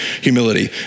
humility